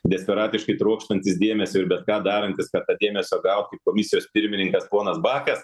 desperatiškai trokštantis dėmesio ir bet ką darantis kad tą dėmesio gaut kaip komisijos pirmininkas ponas bakas